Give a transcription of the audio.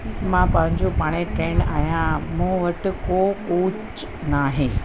मां पंहिंजो पाण ई ट्रेन आहियां मूं वटि को कूच न आहे